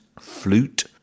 flute